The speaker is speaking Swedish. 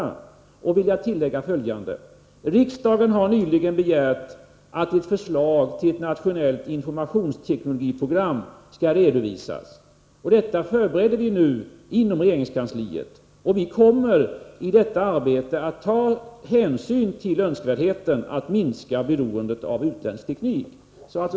Jag vill tillägga följande: Riksdagen har nyligen begärt att ett förslag till ett nationellt informationsteknologiprogram skall redovisas. Detta förbereder vi nu inom regeringskansliet, och vi kommer i detta arbete att ta hänsyn till önskvärdheten av att minska beroendet av utländsk teknik.